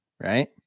right